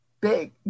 big